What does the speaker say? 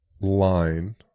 line